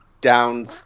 down